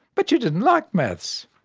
but you didn't like maths.